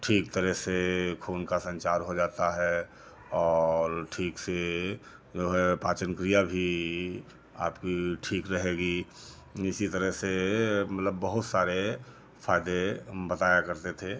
ठीक तरह से खून का संचार हो जाता है और ठीक से जो है पाचन क्रिया भी आपकी ठीक रहेगी इसी तरह से मतलब बहुत सारे फ़ायदे हम बताया करते थे